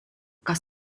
kas